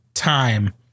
Time